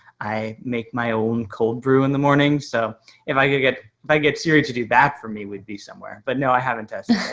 i make my own cold brew in the morning. so if i could get, if i get siri to do that for me would be somewhere, but no, i haven't tested